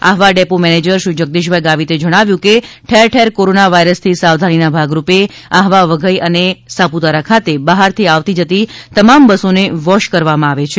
Ahwa depot manager Shri Jagdishbhai ગાવિતે જણાવ્યું હતું કે ઠેરઠેર કોરોના વાઇરસથી સાવધાની ના ભાગરૂપે આહવાવધઇ અને સાપુતારા ખાતે બહારથી આવતી તમામ બસોને વોશ કરવામાં આવે છે